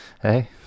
Hey